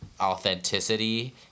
authenticity